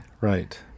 Right